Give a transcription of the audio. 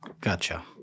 gotcha